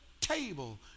table